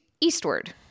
eastward